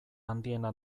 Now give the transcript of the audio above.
handiena